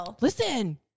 listen